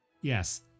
yes